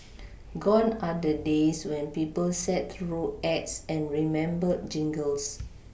gone are the days when people sat through ads and remembered jingles